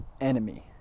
enemy